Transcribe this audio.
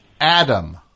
Adam